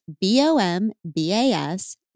B-O-M-B-A-S